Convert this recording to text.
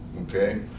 okay